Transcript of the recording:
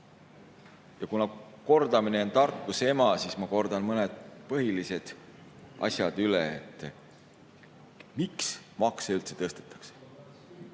kordamine on tarkuse ema, siis ma kordan mõned põhilised asjad üle. Miks makse üldse tõstetakse?